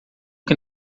que